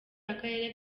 akarere